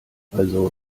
also